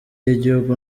y’igihugu